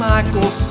Michael